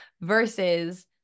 Versus